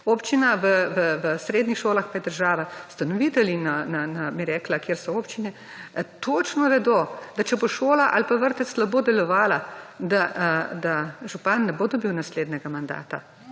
občina, v srednjih šolah pa je država. Ustanovitelji bi rekla, kjer so občine točno vedo, da če bo šola ali pa vrtec slabo delovala, da župan ne bo dobil naslednjega mandata.